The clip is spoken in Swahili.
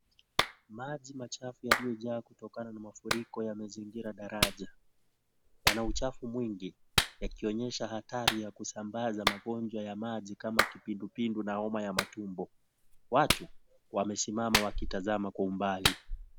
Maji machafu yaliyojaa kutokana na mafuriko yamezingira dalaja, yana uchafu mwingi yakionyesha hatari ya kusambaza magonjwa ya maji kama vile kipindupindu na homa ya matumbo, watu wamesimama wakitazama kwa umbali.